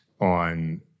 on